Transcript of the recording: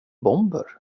bomber